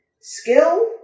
Skill